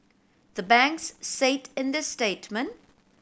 the banks said in the statement